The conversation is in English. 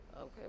Okay